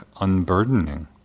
unburdening